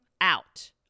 out